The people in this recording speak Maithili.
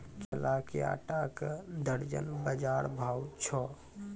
केला के आटा का दर्जन बाजार भाव छ?